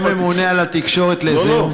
וממונה על התקשורת לאיזה יום.